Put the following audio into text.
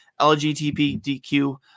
LGBTQ